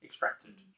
Extracted